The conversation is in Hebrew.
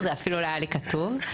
זה אפילו לא היה כתוב לי.